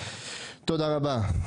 תודה רבה.